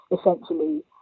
essentially